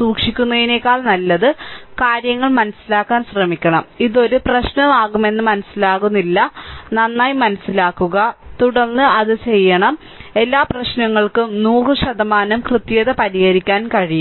സൂക്ഷിക്കുന്നതിനേക്കാൾ നല്ലത് കാര്യങ്ങൾ മനസിലാക്കാൻ ശ്രമിക്കണം ഇത് ഒരു പ്രശ്നമാകുമെന്ന് മനസിലാക്കുന്നില്ല നന്നായി മനസിലാക്കുക തുടർന്ന് അത് ചെയ്യണം തുടർന്ന് എല്ലാ പ്രശ്നങ്ങൾക്കും 100 ശതമാനം കൃത്യത പരിഹരിക്കാൻ കഴിയും